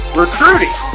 recruiting